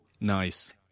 Nice